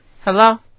hello